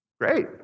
Great